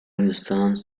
instance